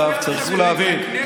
צריכים להבין,